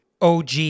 OG